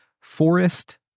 forest